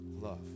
love